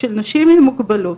של נשים עם מוגבלות,